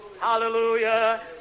Hallelujah